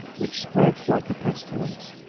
which spreads like a pestilence,